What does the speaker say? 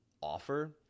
offer